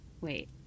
Wait